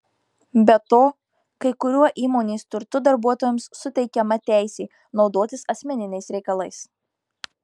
be to kai kuriuo įmonės turtu darbuotojams suteikiama teisė naudotis asmeniniais reikalais